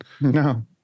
No